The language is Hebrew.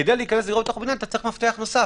כדי להיכנס לדירות בתוך הבניין אתה צריך מפתח נוסף.